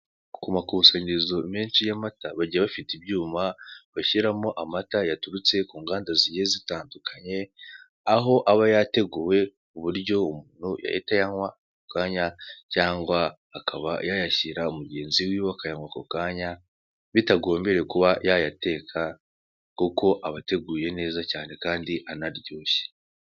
Ku makusanyirizo menshi y'amata bagiye bafite ibyuma bashyiramo amata yaturutse ku nganda zigiye zitandukanye, aho aba yateguwe kuburyo umuntu yahita ayanywa ako kanya cyangwa akaba y'ayashyira mugenzi wiwe akayanywa ako kanya bitagombereye kuba ya yateka kuko abateguye neza cyane kandi abaryoshye.